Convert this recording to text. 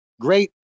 great